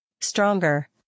stronger